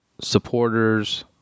supporters